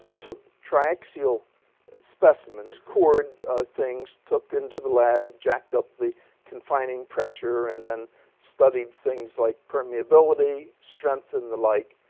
took tri-axial specimens, cored things, took into the lab, jacked up the confining pressure, and then studied things like permeability, strength, and the like.